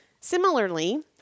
Similarly